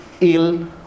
ill